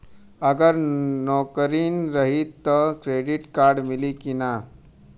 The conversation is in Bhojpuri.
अगर नौकरीन रही त क्रेडिट कार्ड मिली कि ना?